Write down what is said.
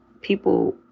people